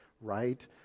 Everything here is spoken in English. right